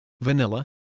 vanilla